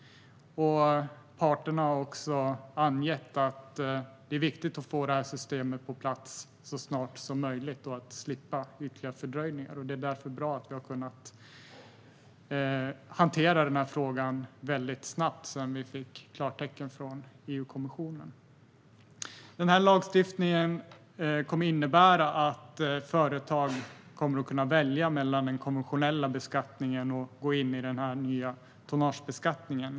Parterna har angett att det är viktigt att få systemet på plats så snart som möjligt och att man slipper ytterligare fördröjningar. Det är därför bra att vi har kunnat hantera denna fråga snabbt sedan vi fick klartecken från EU-kommissionen. Lagstiftningen kommer att innebära att företag kan välja mellan den konventionella beskattningen och den nya tonnagebeskattningen.